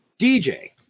dj